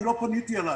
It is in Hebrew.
אני לא פניתי אלייך.